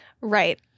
Right